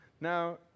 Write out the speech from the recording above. Now